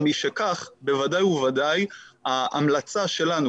משכך בוודאי ובוודאי ההמלצה שלנו,